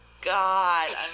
god